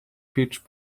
peach